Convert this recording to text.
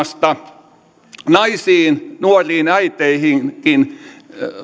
kahdesta tulosuunnasta naisiin nuoriin äiteihinkin